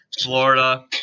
Florida